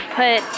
put